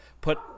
put